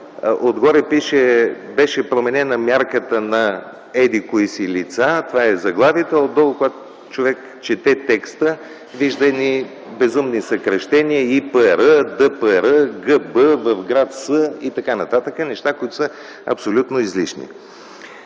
пише „беше променена мярката на еди-кои си лица” – това е заглавието, а отдолу, когато човек чете текста, вижда едни безумни съкращения „ИПР”, „ДПР”, „ГП”, „в гр. С” и т.н. – неща, които са абсолютно излишни.